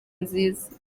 nziza